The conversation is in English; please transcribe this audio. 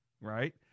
right